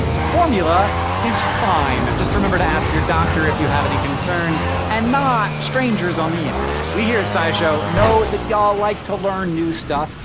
formula is fine. just remember to ask your doctor if you have any concerns, and not strangers on the internet. we here at scishow know that y'all like to learn new stuff.